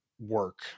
work